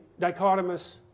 dichotomous